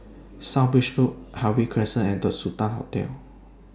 South Bridge Road Harvey Crescent and The Sultan Hotel